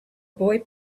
boy